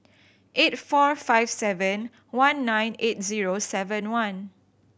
eight four five seven one nine eight zero seven one